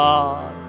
God